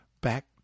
back